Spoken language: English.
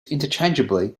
interchangeably